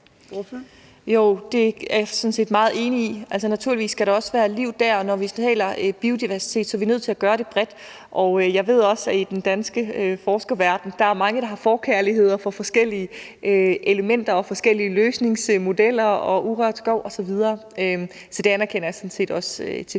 Jo, det er jeg sådan set meget enig i. Naturligvis skal der også være liv dér; når vi taler biodiversitet, er vi nødt til at gøre det bredt. Jeg ved også, at der i den danske forskerverden er mange, der har forkærlighed for forskellige elementer og forskellige løsningsmodeller og urørt skov osv. Så det anerkender jeg sådan set også til